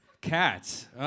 Cats